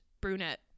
brunette